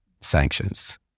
sanctions